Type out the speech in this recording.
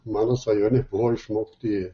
mano svajonė buvo išmokti